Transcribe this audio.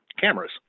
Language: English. cameras